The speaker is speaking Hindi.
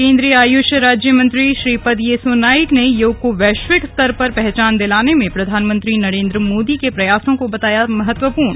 केंद्रीय आयुष राज्यमंत्री श्रीपद येसो नाइक ने योग को वैश्विक स्तर पर पहचान दिलाने में प्रधानमंत्री नरेन्द्र मोदी के प्रयासों को बताया महत्वपूर्ण